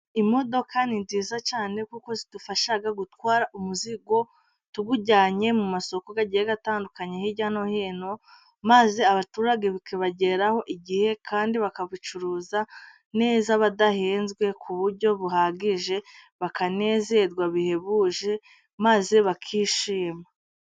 Imodoka ni nziza cyane kuko zidufasha gutwara umuzigo, tuwujyanye mu masoko agiye atandukanye hirya no hino, maze abaturage bikabagereraho igihe kandi bakawucuruza neza, badahenzwe ku buryo buhagije bakanezerwa bihebuje maze bakishima.